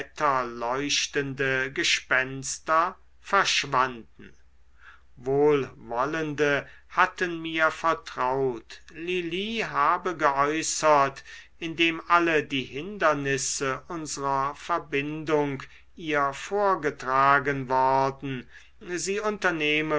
wetterleuchtende gespenster verschwanden wohlwollende hatten mir vertraut lili habe geäußert indem alle die hindernisse unsrer verbindung ihr vorgetragen worden sie